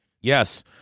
yes